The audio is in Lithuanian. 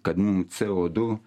kad mum co du